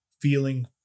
feeling